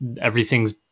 Everything's